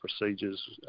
procedures